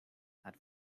had